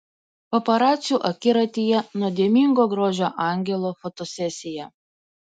paparacių akiratyje nuodėmingo grožio angelo fotosesija